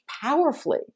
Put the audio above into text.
powerfully